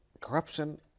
corruption